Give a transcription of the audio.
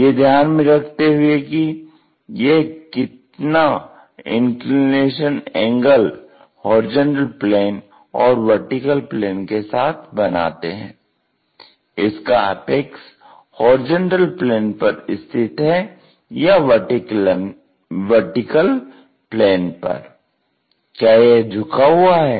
यह ध्यान में रखते हुए कि यह कितना इंक्लिनेशन एंगल HP और VP के साथ बनाते हैं इसका एपेक्स हॉरिजॉन्टल प्लेन पर स्थित है या वर्टीकल प्लेन पर क्या यह झुका हुआ है